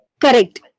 Correct